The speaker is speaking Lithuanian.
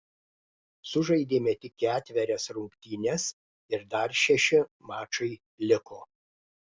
sužaidėme tik ketverias rungtynes ir dar šeši mačai liko